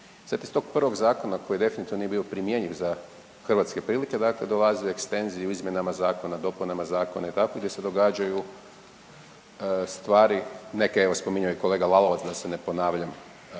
Sad iz tog prvog zakona koji definitivno nije bio primjenjiv za hrvatske prilike dakle dolaze ekstenzije u izmjenama zakona, dopunama zakona i tako gdje se događaju stvari neke evo spominjao je i kolega Lalovac da se ne ponavljam